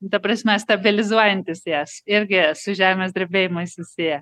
ta prasme stabilizuojantys jas irgi su žemės drebėjimais susiję